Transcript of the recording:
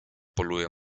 polują